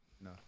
No